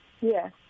Yes